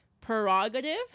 prerogative